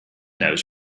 knows